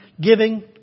giving